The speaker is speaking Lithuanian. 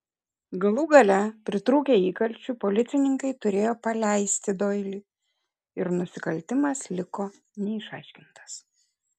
galų gale pritrūkę įkalčių policininkai turėjo paleisti doilį ir nusikaltimas liko neišaiškintas